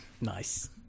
Nice